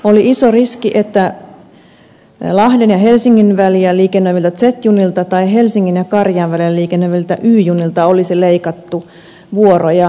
oli iso riski että lahden ja helsingin väliä liikennöiviltä z junilta tai helsingin ja karjaan välillä liikennöiviltä y junilta olisi leikattu vuoroja